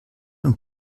und